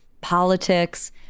politics